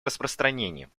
распространением